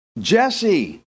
Jesse